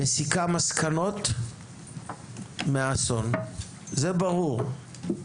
שמסיקה מסקנות מהאסון; זה ברור.